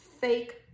fake